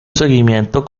seguimiento